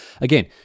again